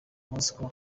moscow